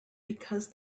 because